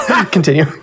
Continue